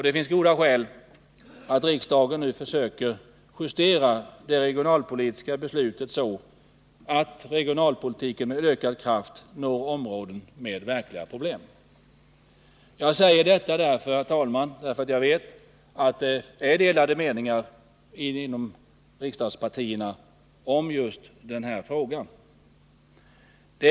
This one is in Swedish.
Det finns goda skäl att riksdagen nu försöker justera det regionalpolitiska beslutet, så att regionalpolitiken med ökad kraft når områden med verkliga problem. Jag säger detta därför att jag vet att det är delade meningar inom riksdagspartierna i just den här frågan.